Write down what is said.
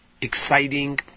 exciting